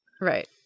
Right